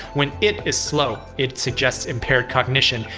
when it is slow, it suggests impaired cognition,